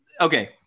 okay